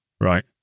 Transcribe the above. Right